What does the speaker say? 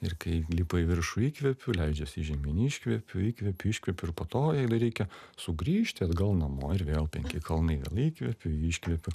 ir kai lipa į viršų įkvepiu leidžiasi žemyn iškvepiu įkvepiu iškvepiu ir po to jai dar reikia sugrįžti atgal namo ir vėl penki kalnai įkvepiu iškvepiu